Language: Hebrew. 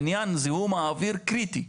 עניין זיהום האוויר קריטי,